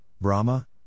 Brahma